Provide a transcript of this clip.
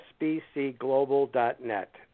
sbcglobal.net